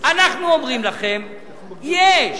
אנחנו אומרים לכם: יש.